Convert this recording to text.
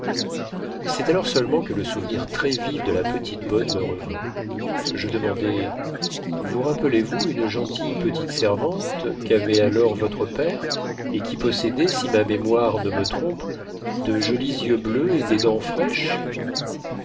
c'est alors seulement que le souvenir très vif de la petite bonne me revint je demandai vous rappelez-vous une gentille petite servante qu'avait alors votre père et qui possédait si ma mémoire ne me trompe de jolis yeux bleus et des dents fraîches